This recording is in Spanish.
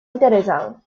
interesado